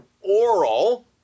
oral